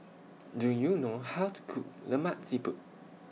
Do YOU know How to Cook Lemak Siput